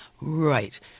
Right